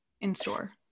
in-store